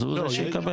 אז הוא זה שיקבל.